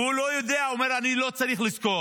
והוא לא יודע, הוא אומר: אני לא צריך לזכור.